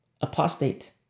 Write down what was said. apostate